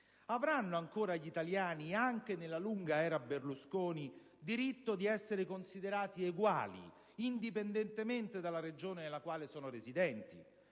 Avranno ancora gli italiani, anche nella lunga era Berlusconi, diritto di essere considerati eguali, indipendentemente dalla Regione nella quale sono residenti?